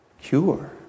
cure